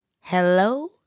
Hello